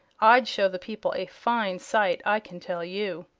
i'd show the people a fine sight, i can tell you.